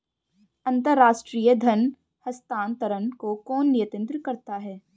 अंतर्राष्ट्रीय धन हस्तांतरण को कौन नियंत्रित करता है?